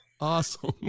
Awesome